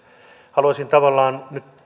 haluaisin tavallaan nyt